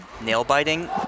nail-biting